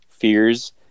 fears